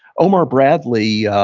omar bradley,